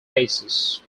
cases